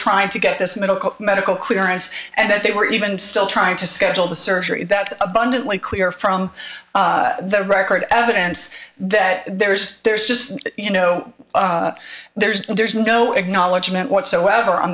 trying to get this medical medical clearance and that they were even still trying to schedule the surgery that abundantly clear from the record evidence that there's there's just you know there's no there's no acknowledgement whatsoever on